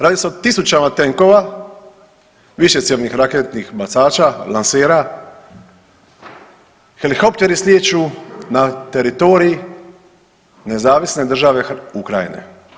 Radi se o tisućama tenkova, višecjevnih raketnih bacača lansera, helikopteri slijeću na teritorij nezavisne države Ukrajine.